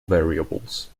variables